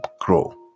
grow